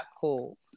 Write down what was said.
cool